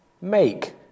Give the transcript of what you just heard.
Make